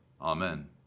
Amen